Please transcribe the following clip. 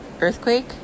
earthquake